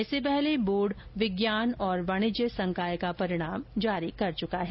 इससे पहले बोर्ड विज्ञान और वाणिज्य संकाय का परिणाम जारी कर चुका है